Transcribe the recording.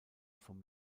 vom